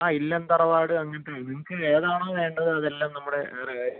ആ ഇല്ലം തറവാട് അങ്ങനത്തെ നിനക്ക് ഏതാണോ വേണ്ടത് അതെല്ലാം നമ്മുടെ റെ